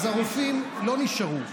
אז הרופאים לא נשארו.